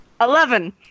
Eleven